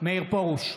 מאיר פרוש,